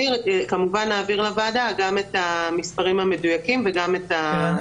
וכמובן נעביר לוועדה גם את המספרים המדויקים וגם את הצפי לגידול.